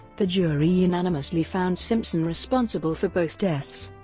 the jury unanimously found simpson responsible for both deaths.